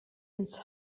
ins